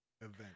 event